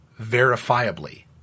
Verifiably